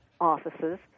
offices